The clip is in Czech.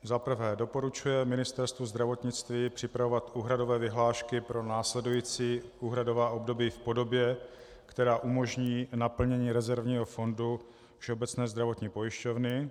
I. doporučuje Ministerstvu zdravotnictví připravovat úhradové vyhlášky pro následující úhradová období v podobě, která umožní naplnění rezervního fondu Všeobecné zdravotní pojišťovny;